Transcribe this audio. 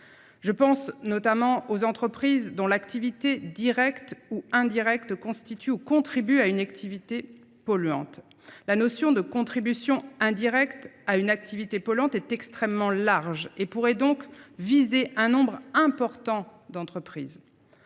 Je pense, notamment, aux entreprises dont « l’activité directe ou indirecte constitue ou contribue à une activité polluante ». La notion de « contribution indirecte à une activité polluante » est extrêmement large et pourrait donc viser un nombre important d’entreprises.